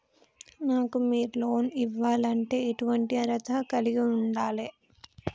నాకు మీరు లోన్ ఇవ్వాలంటే ఎటువంటి అర్హత కలిగి వుండాలే?